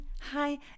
hi